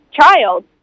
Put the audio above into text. child